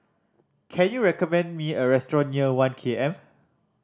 can you recommend me a restaurant near One K M